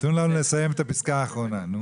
לנו לסיים את הסעיף האחרון.